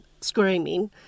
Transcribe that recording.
screaming